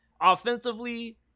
Offensively